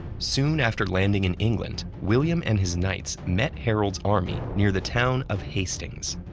soon after landing in england, william and his knights met harold's army near the town of hastings.